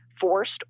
forced